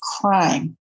crime